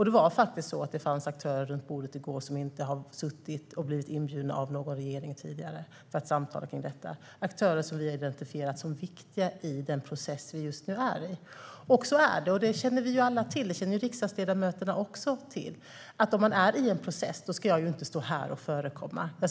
Det var faktiskt så att det fanns aktörer runt bordet i går som inte hade inbjudits av någon tidigare regering för samtal i dessa frågor. Det är aktörer som vi har identifierat som viktiga i den process vi just nu befinner oss i. Så är det. Riksdagsledamöterna känner också till att när vi befinner oss i en process ska jag inte stå här och förekomma den processen.